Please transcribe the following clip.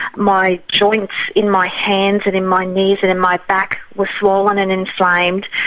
my joints in my hands and in my knees and in my back were swollen and inflamed.